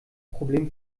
problem